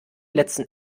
letzten